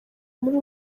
muri